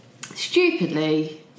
Stupidly